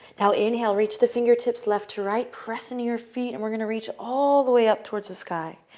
now inhale. reach the fingertips left to right. press into your feet, and we're going to reach all the way up towards the sky.